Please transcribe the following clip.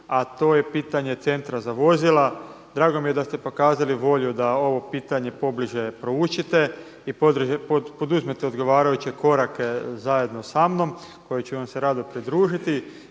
a to je pitanje Centra za vozila. Drago mi je da ste pokazali volju da ovo pitanje pobliže proučite i poduzmete odgovarajuće korake zajedno sa mnom kojima ću se rado pridružiti.